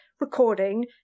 recording